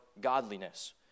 godliness